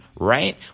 right